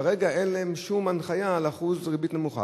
כרגע אין להם שום הנחיה על אחוז ריבית נמוך,